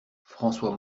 françois